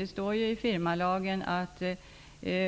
Det står i firmalagen att